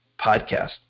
podcast